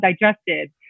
digested